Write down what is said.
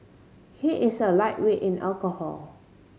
he is a lightweight in alcohol